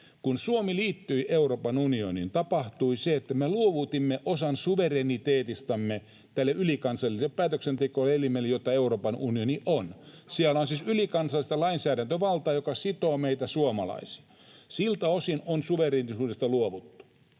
Kun Suomi liittyi Euroopan unioniin, tapahtui se, että me luovutimme osan suvereniteetistamme tälle ylikansalliselle päätöksentekoelimelle, jota Euroopan unioni on. [Toimi Kankaanniemi: Ja nyt annetaan rahat!] Siellä on siis ylikansallista lainsäädäntövaltaa, joka sitoo meitä suomalaisia. Siltä osin on suvereenisuudesta luovuttu.